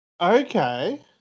Okay